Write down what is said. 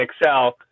Excel